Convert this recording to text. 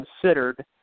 considered